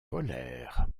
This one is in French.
polaire